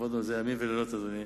עבדנו על זה ימים ולילות, אדוני.